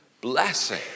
blessing